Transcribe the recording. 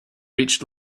reached